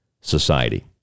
society